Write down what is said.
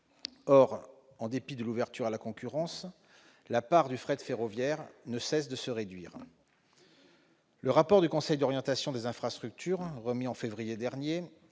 Or, en dépit de l'ouverture à la concurrence, la part du fret ferroviaire ne cesse de se réduire. Les auteurs du rapport du Conseil d'orientation des infrastructures, remis en février dernier,